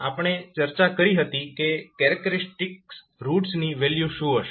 આપણે ચર્ચા કરી હતી કે કેરેક્ટરીસ્ટિક્સ રૂટ્સની વેલ્યુ શું હશે